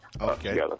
Okay